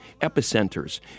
epicenters